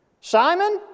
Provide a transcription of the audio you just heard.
Simon